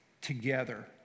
together